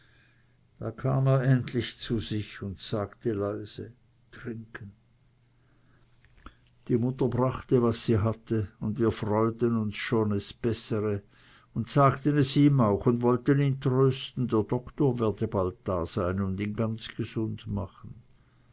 dort kam er endlich zu sich und sagte leise trinken die mutter brachte was sie hatte und wir freuten uns schon es bessere und sagten es ihm auch und wollten ihn trösten der doktor werde bald da sein und ihn ganz gesund machen